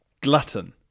Glutton